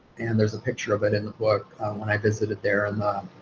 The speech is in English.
and there's a picture of it in the book when i visited there in the